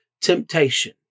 temptation